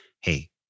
hey